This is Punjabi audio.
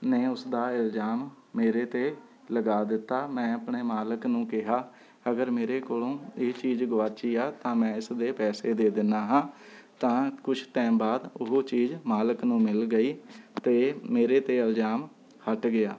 ਨੇ ਉਸਦਾ ਇਲਜ਼ਾਮ ਮੇਰੇ 'ਤੇ ਲਗਾ ਦਿੱਤਾ ਮੈਂ ਆਪਣੇ ਮਾਲਕ ਨੂੰ ਕਿਹਾ ਅਗਰ ਮੇਰੇ ਕੋਲੋਂ ਇਹ ਚੀਜ਼ ਗੁਵਾਚੀ ਹੈ ਤਾਂ ਮੈਂ ਇਸ ਦੇ ਪੈਸੇ ਦੇ ਦਿੰਨਾ ਹਾਂ ਤਾਂ ਕੁੱਝ ਟਾਈਮ ਬਾਅਦ ਉਹ ਚੀਜ਼ ਮਾਲਕ ਨੂੰ ਮਿਲ ਗਈ ਅਤੇ ਮੇਰੇ 'ਤੇ ਇਲਜ਼ਾਮ ਹੱਟ ਗਿਆ